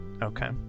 Okay